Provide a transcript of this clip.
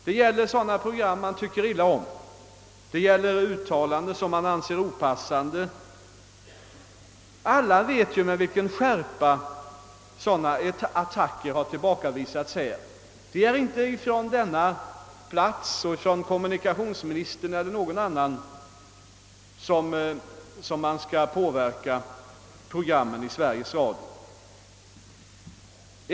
Det gäller program som man har tyckt illa om. Det gäller uttalanden som man anser opassande. Alla vet med vilken skärpa sådana attacker har tillbakavisats. Det är inte från denna plats eller av kommunikationsministern eller någon annan utomstående som programmen i Sveriges Radio skall påverkas.